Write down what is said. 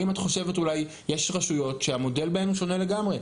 יש רשויות שהמודל בהן הוא שונה לגמרי,